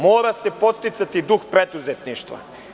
Mora se podsticati duh preduzetništva.